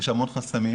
יש המון חסמים,